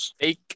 Fake